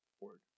word